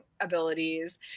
abilities